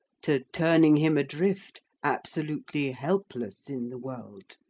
to turning him adrift, absolutely helpless in the world.